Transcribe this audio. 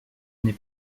n’est